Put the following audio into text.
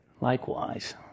likewise